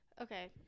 Okay